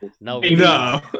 no